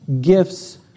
gifts